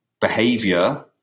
behavior